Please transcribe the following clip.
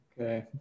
okay